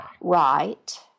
Right